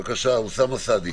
בבקשה, אוסאמה סעדי.